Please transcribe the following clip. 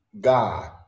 God